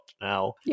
Now